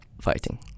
fighting